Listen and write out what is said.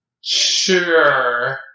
Sure